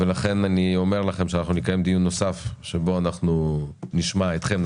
ולכן אני אומר לכם שאנחנו נקיים דיון נוסף שבו אנחנו נשמע אתכם.